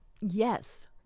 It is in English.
yes